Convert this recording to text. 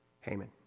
Haman